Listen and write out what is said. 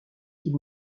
qu’il